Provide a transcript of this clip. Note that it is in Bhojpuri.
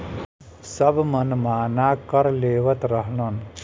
सब मनमाना कर लेवत रहलन